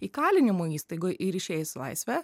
įkalinimo įstaigoj ir išėjęs į laisvę